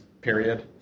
period